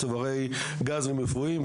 צוברי גזים רפואיים,